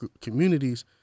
communities